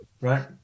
Right